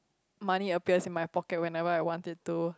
money appears in my pocket whenever I want it to